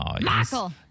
Michael